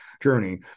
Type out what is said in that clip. journey